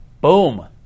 Boom